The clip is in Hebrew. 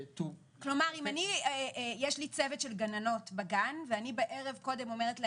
כלומר אם יש לי צוות של גננות בגן ואני בערב קודם אומרת להן,